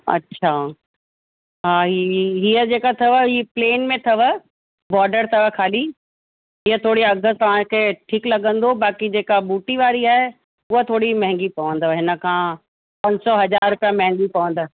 अच्छा हा हीअ हीअ हीअ जेका अथव हीअ प्लेन में अथव बॉडर अथव खाली हीअ थोरी अघु तव्हांखे ठीक लॻंदो बाक़ी जेका बूटी वारी आहे उहा थोरी महांगी पवंदव हिन खां पंज सौ हज़ार रुपया महांगी पवंदव